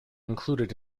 included